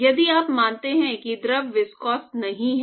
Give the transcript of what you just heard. यदि आप मानते हैं कि द्रव विस्कोस नहीं है